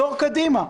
דור קדימה.